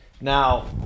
Now